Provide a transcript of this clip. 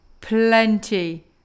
plenty